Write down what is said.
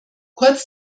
kurz